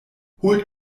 holt